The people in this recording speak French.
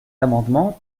amendement